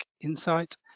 Insight